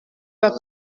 pas